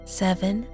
seven